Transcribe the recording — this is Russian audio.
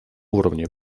уровне